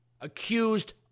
accused